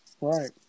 Right